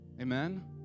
Amen